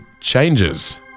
Changes